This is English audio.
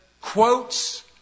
quotes